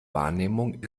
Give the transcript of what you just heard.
wahrnehmung